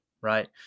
Right